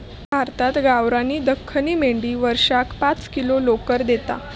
भारतात गावणारी दख्खनी मेंढी वर्षाक पाच किलो लोकर देता